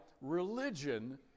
religion